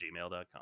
gmail.com